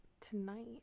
tonight